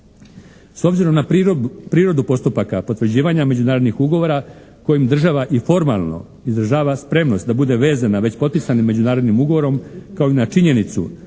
S obzirom na prirodu postupaka potvrđivanja međunarodnih ugovora kojim država i formalno izražava spremnost da bude vezana već potpisanim međunarodnim ugovorom kao i na činjenicu